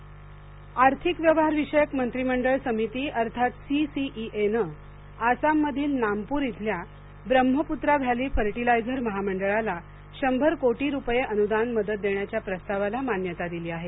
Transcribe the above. C C E A आर्थिक व्यवहारविषयक मंत्रिमंडळ समिती अर्थात सी सी ई ए ने आसाम मधील नामपूर इथल्या ब्रह्मपुत्रा व्हॅली फर्टीलायर महामंडळाला शंभर कोटी रुपये अनुदान मदत देण्याच्या प्रस्तावाला मान्यता दिली आहे